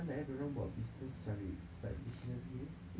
pandai eh dia orang buat business cari side business gini